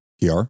PR